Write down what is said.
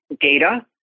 data